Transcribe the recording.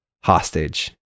hostage